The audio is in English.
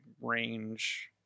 range